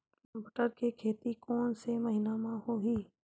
बटर के खेती कोन से महिना म होही?